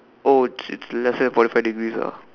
oh it's it's less than forty five degrees ah